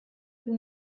più